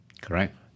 Correct